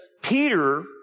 Peter